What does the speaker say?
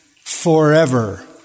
forever